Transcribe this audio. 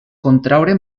contraure